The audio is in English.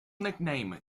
nickname